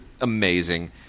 amazing